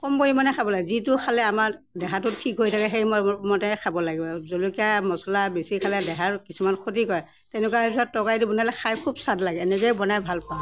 কম পৰিমাণে খাব লাগে যিটো খালে আমাৰ দেহাটো ঠিক হৈ থাকে সেই মই মতে খাব লাগে আৰু জলকীয়া মছলা বেছি খালে দেহাৰো কিছুমান ক্ষতি কৰে তেনেকুৱা হিচাপত তৰকাৰীটো বনালে খাই খুব স্বাদ লাগে এনেকৈয়ে বনাই ভাল পাওঁ